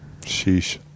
Sheesh